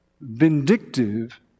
vindictive